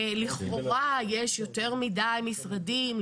לכאורה יש יותר מדי משרדים,